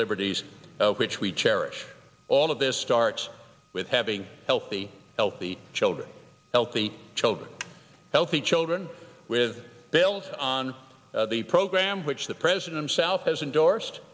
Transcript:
liberties which we cherish all of this starts with having healthy healthy children healthy children healthy children with bale's on the program which the president himself has endorsed